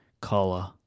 color